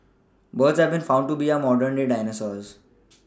birds have been found to be our modern day dinosaurs